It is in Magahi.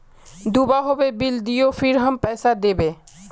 दूबा होबे बिल दियो फिर हम पैसा देबे?